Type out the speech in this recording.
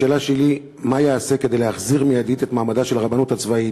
השאלה שלי: מה ייעשה כדי להחזיר מייד את מעמדה של הרבנות הצבאית,